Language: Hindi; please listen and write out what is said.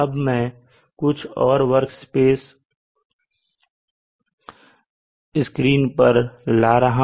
अब मैं कुछ और वर्कस्पेस स्क्रीन पर ला रहा हूं